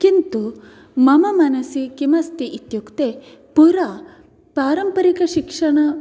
किन्तु मम मनसि किमस्ति इत्युक्ते पुरा पारम्परिकशिक्षणे